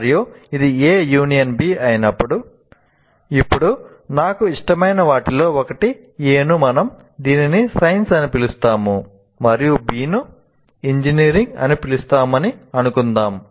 మరియు ఇది A union B అయినప్పుడు ఇప్పుడు నాకు ఇష్టమైన వాటిలో ఒకటి A ను మనం దీనిని సైన్స్ అని పిలుస్తాము మరియు B ను ఇంజనీరింగ్ అని పిలుస్తామని అనుకుందాం